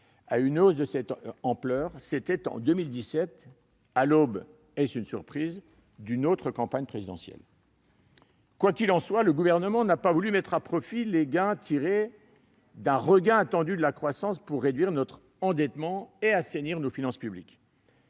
à une hausse de cette ampleur, c'était en 2017, à l'aube- est-ce une surprise ? -d'une autre campagne présidentielle. Quoi qu'il en soit, le Gouvernement n'a pas voulu mettre à profit les bénéfices d'un regain inattendu de la croissance pour réduire notre endettement et assainir nos finances publiques.